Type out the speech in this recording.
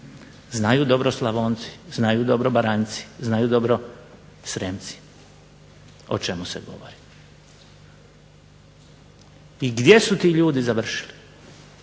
Znaju dobro Slavonci, znaju dobro Baranjci, znaju dobro Srijemci o čemu se govori. I gdje su ti ljudi završili,